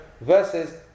versus